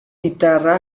guitarra